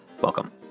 Welcome